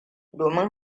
domin